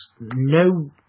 no